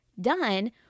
done